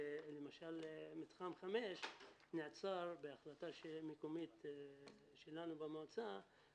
למשל מתחם 5 נעצר בהחלטה מקומית שלנו במועצה כי